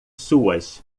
suas